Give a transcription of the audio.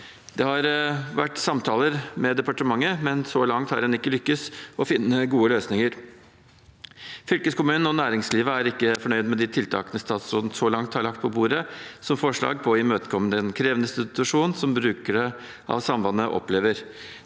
Det har vært samtaler med departementet, men så langt har en ikke lyktes i å finne gode løsninger. Fylkeskommunen og næringslivet er ikke fornøyd med de tiltakene statsråden så langt har lagt på bordet som forslag for å imøtekomme den krevende situasjonen brukere av sambandet opplever.